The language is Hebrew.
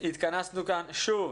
התכנסנו כאן שוב